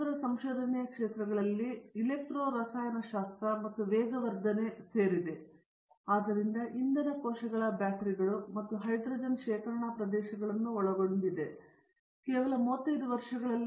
ಇವರ ಸಂಶೋಧನೆಯ ಕ್ಷೇತ್ರಗಳಲ್ಲಿ ಇಲೆಕ್ಟ್ರೊ ರಸಾಯನಶಾಸ್ತ್ರ ಮತ್ತು ವೇಗವರ್ಧನೆ ಸೇರಿದೆ ಆದ್ದರಿಂದ ಇಂಧನ ಕೋಶಗಳ ಬ್ಯಾಟರಿಗಳು ಮತ್ತು ಹೈಡ್ರೋಜನ್ ಶೇಖರಣಾ ಪ್ರದೇಶಗಳನ್ನು ಒಳಗೊಳ್ಳುತ್ತದೆ ಇದು ಕೇವಲ 35 ವರ್ಷಗಳಲ್ಲಿ